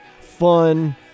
fun